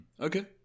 Okay